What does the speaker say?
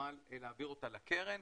ונוכל להעביר אותם לקרן.